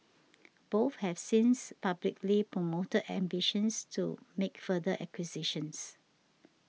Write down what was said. both have since publicly promoted ambitions to make further acquisitions